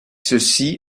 ceci